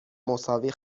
مساوی